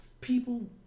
people